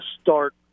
start